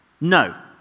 No